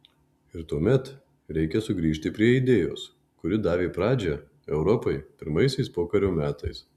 ir tuomet reikia sugrįžti prie idėjos kuri davė pradžią europai pirmaisiais pokario metais